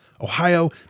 Ohio